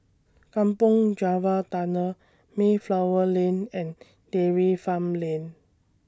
Kampong Java Tunnel Mayflower Lane and Dairy Farm Lane